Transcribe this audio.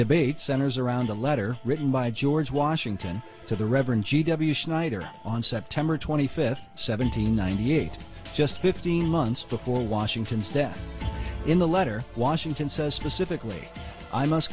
debate centers around a letter written by george washington to the reverend g w snyder on september twenty fifth seventeen ninety eight just fifteen months before washington's death in the letter washington